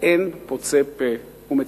ואין פוצה פה ומצפצף.